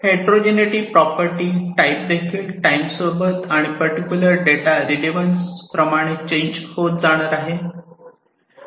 heterogeneity property type देखील time सोबत आणि पर्टिक्युलर डेटा रेलेवन्स प्रमाणे चेंज होत जाणार आहे